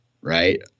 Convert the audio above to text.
right